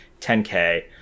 10k